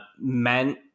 meant